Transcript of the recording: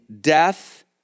death